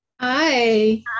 Hi